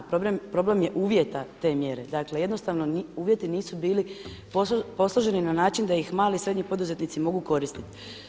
Problem je uvjeta te mjere, dakle jednostavno uvjeti nisu bili posloženi na način da ih mali i srednji poduzetnici mogu koristiti.